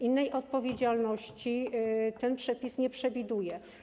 Innej odpowiedzialności ten przepis nie przewiduje.